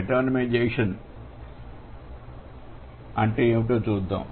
metonymization అంటే ఏమిటో చూద్దాం